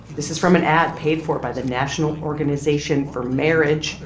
this is from an ad paid for by the national organization for marriage.